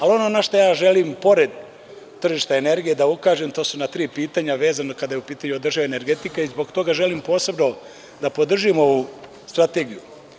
Ali, ono na šta ja želim pored tržišta energije da ukažem, to su ona tri pitanja vezano kada je u pitanju održiva energetika i zbog toga želim posebno da podržim ovu strategiju.